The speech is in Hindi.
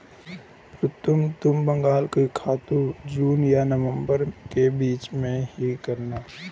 प्रीतम तुम बांग्ला की खेती जून और नवंबर के बीच में ही करना